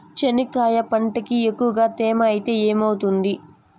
చెనక్కాయ పంటకి ఎక్కువగా తేమ ఐతే ఏమవుతుంది?